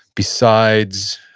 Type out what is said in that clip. besides,